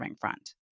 front